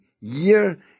year